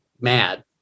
mad